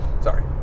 Sorry